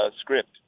script